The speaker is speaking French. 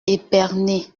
épernay